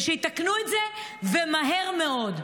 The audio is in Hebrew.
ושיתקנו את זה ומהר מאוד.